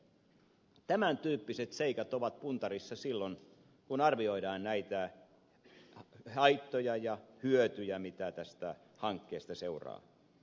tämän tyyppiset seikat ovat puntarissa silloin kun arvioidaan näitä haittoja ja hyötyjä mitä tästä hankkeesta seuraa